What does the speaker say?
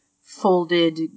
folded